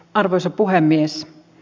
arvoisa puhemies